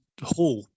hope